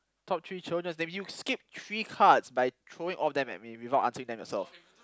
top three children's names you skipped three cards by throwing all of them at me without answering them yourself